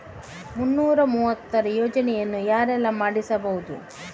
ಮುನ್ನೂರ ಮೂವತ್ತರ ಯೋಜನೆಯನ್ನು ಯಾರೆಲ್ಲ ಮಾಡಿಸಬಹುದು?